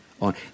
on